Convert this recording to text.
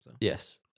Yes